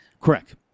Correct